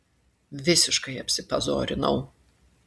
visiškai apsipazorinau